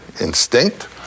instinct